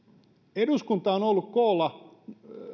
eduskunta on on ollut koolla